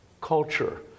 culture